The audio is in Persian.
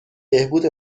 بهبود